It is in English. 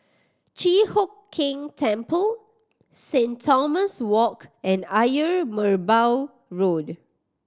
Chi Hock Keng Temple Saint Thomas Walk and Ayer Merbau Road